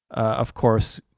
of course,